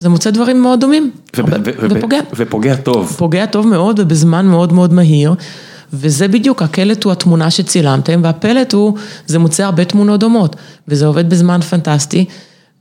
זה מוצא דברים מאוד דומים, ופוגע, ופוגע טוב מאוד ובזמן מאוד מאוד מהיר וזה בדיוק הקלט הוא התמונה שצילמתם והפלט הוא, זה מוצא הרבה תמונות דומות וזה עובד בזמן פנטסטי.